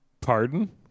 Pardon